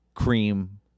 Cream